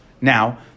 Now